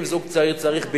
אם זוג צעיר צריך,